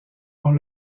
ont